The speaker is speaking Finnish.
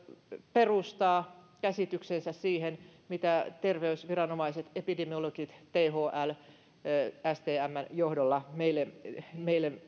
perustaa käsityksensä siihen miten terveysviranomaiset epidemiologit ja thl muodostavat stmn johdolla meille